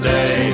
Day